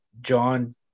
John